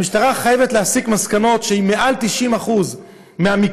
המשטרה חייבת להסיק מסקנות שאם מעל 90% מהמקרים